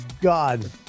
god